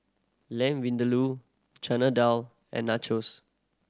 Lamb Vindaloo Chana Dal and Nachos